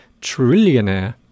trillionaire